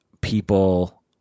people